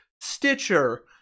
Stitcher